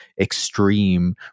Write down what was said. extreme